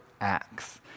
Acts